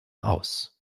aus